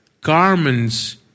garments